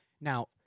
now